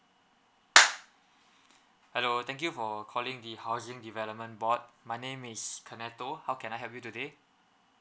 hello thank you for calling the housing development board my name is canadel how can I help you today